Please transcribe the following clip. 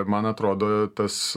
man atrodo tas